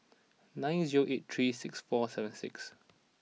nine zero eight three six four seven six